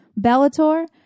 Bellator